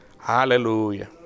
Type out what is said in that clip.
Aleluya